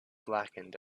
blackened